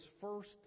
first